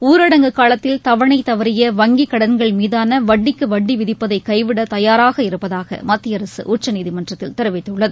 ஊரடங்கு காலத்தில் தவணை தவறிய வங்கிக் கடன்கள் மீதான வட்டிக்கு வட்டி விதிப்பதை கைவிட தயாராக இருப்பதாக மத்திய அரசு உச்சநீதிமன்றத்தில் தெரிவித்துள்ளது